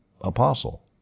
apostle